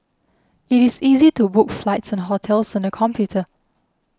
it is easy to book flights and hotels on the computer